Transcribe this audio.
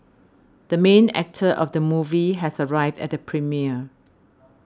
the main actor of the movie has arrived at the premiere